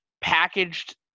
packaged